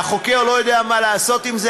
והחוקר לא יודע מה לעשות עם זה.